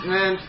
Man